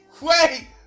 wait